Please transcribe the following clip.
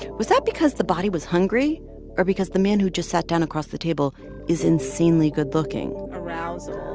was that because the body was hungry or because the man who just sat down across the table is insanely good looking? arousal,